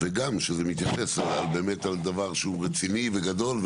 וגם שזה באמת מתייחס לדבר שהוא רציני וגדול,